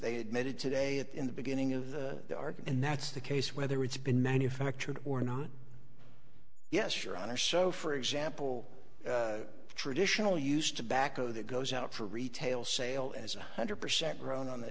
they admitted today it in the beginning of the ark and that's the case whether it's been manufactured or nah yes sure on a show for example traditionally used to back o that goes out for retail sale as one hundred percent run on the